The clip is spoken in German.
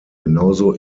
genauso